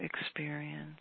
experience